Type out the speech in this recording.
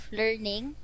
learning